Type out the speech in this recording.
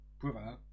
brother